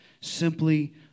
simply